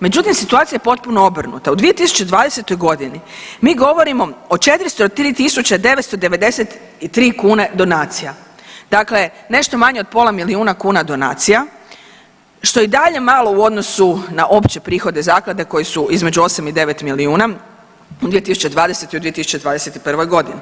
Međutim, situacija je potpuno obrnuta u 2020.g. mi govorimo o 403.993 kune donacija, dakle nešto malo manje od pola milijuna kuna donacija što je i dalje malo u odnosu na opće prihode zaklade koji su između osam i devet milijuna u 2020. i u 2021.g.